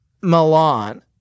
Milan